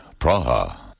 Praha